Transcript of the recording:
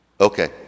Okay